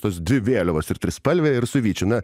tos dvi vėliavos ir trispalvė ir su vyčiu na